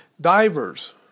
Divers